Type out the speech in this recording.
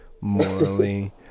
morally